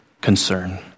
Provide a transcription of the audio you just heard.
concern